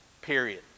Period